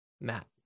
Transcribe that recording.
Matt